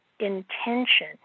intention